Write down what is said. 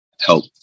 help